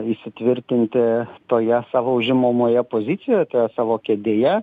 įsitvirtinti toje savo užimamoje pozicijoje toje savo kėdėje